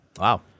Wow